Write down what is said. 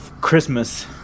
Christmas